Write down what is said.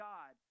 God